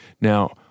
Now